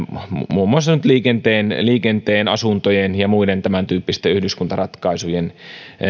muun muassa liikenteen liikenteen asuntojen ja muiden tämäntyyppisten yhdyskuntaratkaisujen